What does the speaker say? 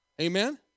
Amen